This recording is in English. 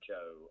Joe